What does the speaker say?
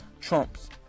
Trump's